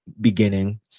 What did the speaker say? beginning